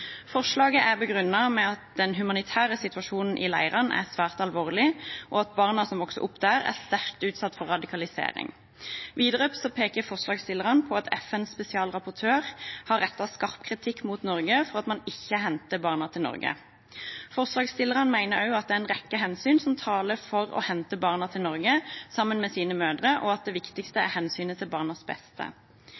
Forslaget er begrunnet med at den humanitære situasjonen i leirene er svært alvorlig, og at barna som vokser opp der, er sterkt utsatt for radikalisering. Videre peker forslagsstillerne på at FNs spesialrapportør har rettet skarp kritikk mot Norge for at man ikke henter barna til Norge. Forslagsstillerne mener også at det er en rekke hensyn som taler for å hente barna til Norge sammen med sine mødre, og at det viktigste